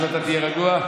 אז אתה תהיה רגוע?